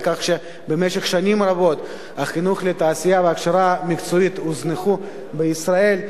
לכך שבמשך שנים רבות החינוך לתעשייה והכשרה מקצועית הוזנח בישראל.